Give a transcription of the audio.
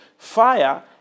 Fire